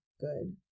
good